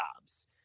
jobs